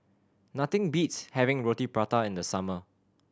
nothing beats having Roti Prata in the summer